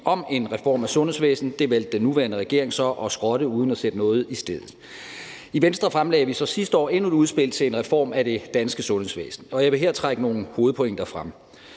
om en reform af sundhedsvæsenet, det valgte den nuværende regeringen så at skrotte uden at sætte noget i stedet. I Venstre fremlagde vi så sidste år endnu et udspil til en reform af det danske sundhedsvæsen, og jeg vil her trække nogle hovedpointer frem.